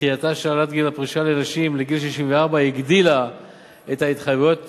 דחייתה של העלאת גיל הפרישה לנשים לגיל 64 הגדילה את ההתחייבויות